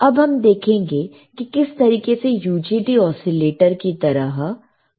अब हम देखेंगे कि किस तरीके से UJT ओसीलेटर की तरह काम करता है